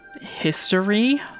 history